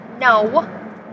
No